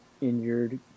injured